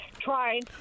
trying